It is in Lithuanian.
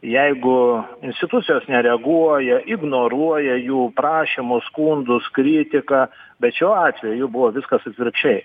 jeigu institucijos nereaguoja ignoruoja jų prašymus skundus kritiką bet šiuo atveju buvo viskas atvirkščiai